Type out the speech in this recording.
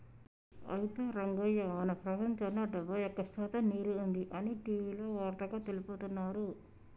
అయితే రంగయ్య మన ప్రపంచంలో డెబ్బై ఒక్క శాతం నీరు ఉంది అని టీవీలో వార్తగా తెలుపుతున్నారు